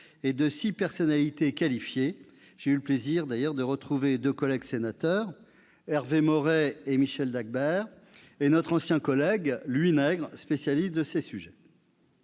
et de six personnalités qualifiées. J'ai d'ailleurs eu le plaisir de retrouver deux collègues sénateurs, Hervé Maurey et Michel Dagbert, ainsi que notre ancien collègue Louis Nègre, spécialiste de ces sujets.